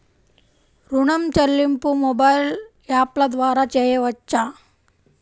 ఋణం చెల్లింపు మొబైల్ యాప్ల ద్వార చేయవచ్చా?